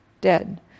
dead